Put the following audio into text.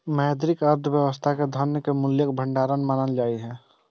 मौद्रिक अर्थव्यवस्था मे धन कें मूल्यक भंडार मानल जाइ छै